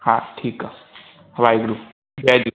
हा ठीकु आहे वाहेगुरु जय झूले